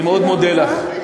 אני מאוד מודה לך.